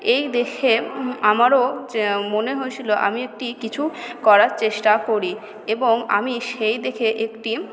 এই দেখে আমারও মনে হয়েছিল আমি একটি কিছু করার চেষ্টা করি এবং আমি সেই দেখে একটি